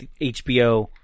HBO